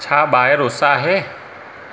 छा ॿाहिरि उस आहे